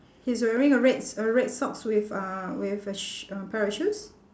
he's wearing a red s~ a red socks with uh with a sho~ a pair of shoes